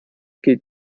gilt